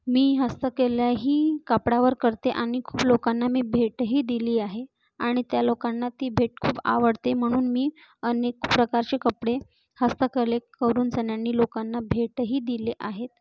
मी हस्तकला ही कापडावर करते आणि खूप लोकांना मी भेटही दिली आहे आणि त्या लोकांना ती भेट खूप आवडते म्हणून मी अनेक प्रकारचे कपडे हस्तकला करून जण्यांनी लोकांना भेटही दिले आहेत